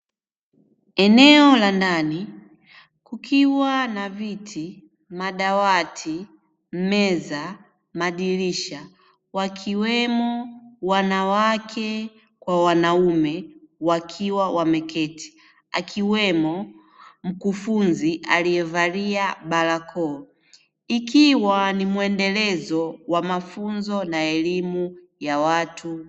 Eneo la ndani kukiwa na viti, madawati, meza, madirisha, wakiwemo wanawake kwa wanaume wakiwa wameketi. Akiwemo mkufunzi aliyevalia barakoa, ikiwa ni muendelezo wa mafunzo na elimu ya watu.